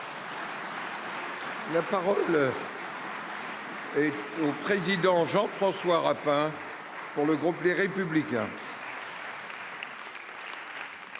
La parole est à M. Jean-François Rapin, pour le groupe Les Républicains.